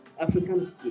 African